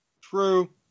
True